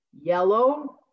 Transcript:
yellow